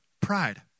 pride